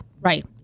Right